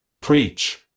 preach